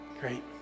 Great